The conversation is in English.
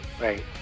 Right